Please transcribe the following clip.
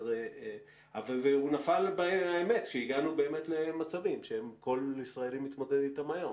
והוא נפל כשהגענו באמת למצבים שכל ישראלי מתמודד איתם היום,